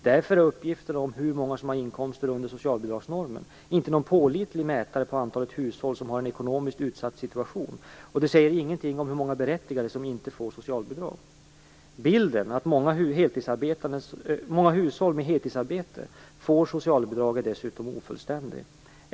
Därför är uppgifter om hur många som har inkomster under socialbidragsnormen inte någon pålitlig mätare på antalet hushåll som har en ekonomiskt utsatt situation - och de säger inget om hur många berättigade som inte får socialbidrag. Bilden av att många hushåll med heltidsarbete får socialbidrag är dessutom ofullständig.